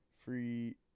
Free